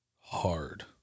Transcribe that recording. hard